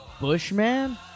Bushman